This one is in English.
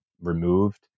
removed